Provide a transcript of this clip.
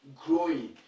growing